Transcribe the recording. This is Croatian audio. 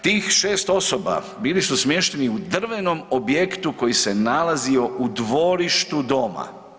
Tih 6 osoba bili su smješteni u drvenom objektu koji se nalazio u dvorištu doma.